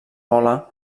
vola